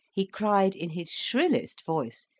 he cried in his shrillest voice,